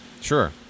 Sure